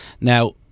Now